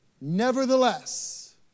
Nevertheless